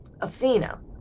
Athena